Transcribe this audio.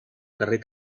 carrer